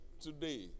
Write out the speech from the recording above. today